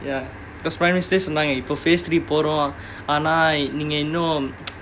ya because prime minister சொன்னாங்க இப்போ:sonnaanga ippo phase three போறோம் ஆனா நீங்க இன்னும்:porom aanaa neenga innum